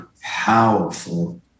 powerful